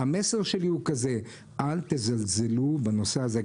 המסר שלי הוא כזה: אל תזלזלו בנושא הזה,